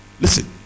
listen